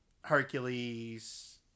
Hercules